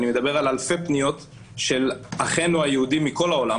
אני מדבר על אלפי פניות של אחינו היהודים מכל העולם